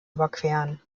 überqueren